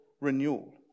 renewal